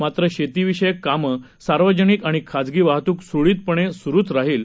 मात्र शेतीविषयक कामं सार्वजनिक आणि खाजगी वाहत्क स्रळीतपणे स्रूच राहील